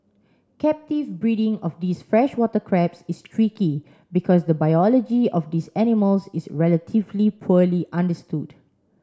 captive breeding of these freshwater crabs is tricky because the biology of these animals is relatively poorly understood